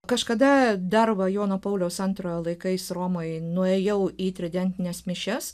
kažkada dar va jono pauliaus antrojo laikais romoje nuėjau į tridentines mišias